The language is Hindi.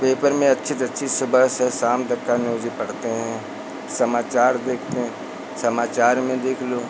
पेपर में अच्छी से अच्छी सुबह से शाम तक का न्यूज़ ही पढ़ते हैं समाचार देखते हैं समाचार में देख लो